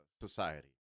society